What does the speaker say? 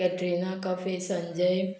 Katrina Kaif Sanjay